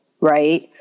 right